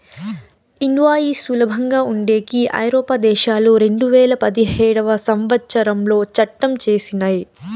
invoice సులభంగా ఉండేకి ఐరోపా దేశాలు రెండువేల పదిహేడవ సంవచ్చరంలో చట్టం చేసినయ్